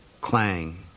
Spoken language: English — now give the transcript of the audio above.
Clang